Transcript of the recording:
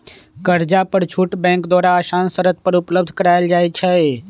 कर्जा पर छुट बैंक द्वारा असान शरत पर उपलब्ध करायल जाइ छइ